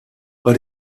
but